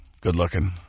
good-looking